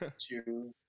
two